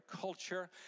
culture